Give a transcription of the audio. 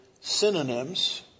synonyms